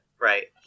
right